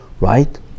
right